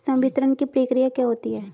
संवितरण की प्रक्रिया क्या होती है?